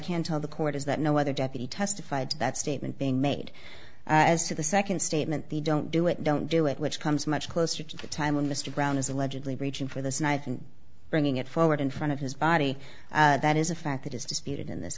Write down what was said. can tell the court is that no other deputy testified to that statement being made as to the second statement the don't do it don't do it which comes much closer to the time when mr brown is allegedly reaching for the knife and bringing it forward in front of his body that is a fact that is disputed in this